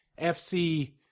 FC